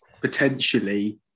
potentially